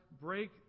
break